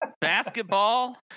basketball